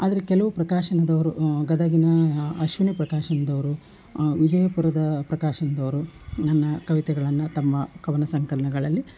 ಆದರೆ ಕೆಲವು ಪ್ರಕಾಶನದವರು ಗದಗಿನ ಅಶ್ವಿನಿ ಪ್ರಕಾಶನದವ್ರು ವಿಜಯಪುರದ ಪ್ರಕಾಶನದವ್ರು ನನ್ನ ಕವಿತೆಗಳನ್ನು ತಮ್ಮ ಕವನ ಸಂಕಲನಗಳಲ್ಲಿ